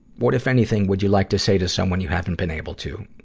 what, if anything, would you like to say to someone you haven't been able to?